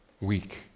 weak